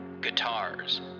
Guitars